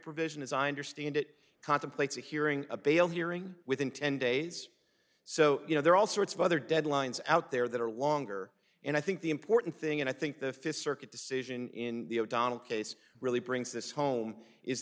provision as i understand it contemplates a hearing a bail hearing within ten days so you know there are all sorts of other deadlines out there that are longer and i think the important thing and i think the fifth circuit decision in the o'donnell case really brings this home is